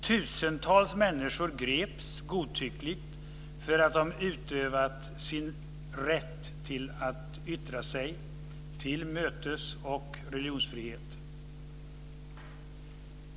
Tusentals människor greps godtyckligt för att de utövat sin rätt till att yttra sig, till mötes och religionsfrihet.